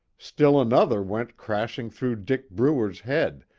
still another went crashing through dick bruer's head,